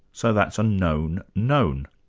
so that's a known known.